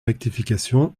rectification